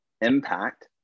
impact